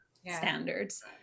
standards